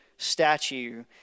statue